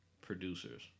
producers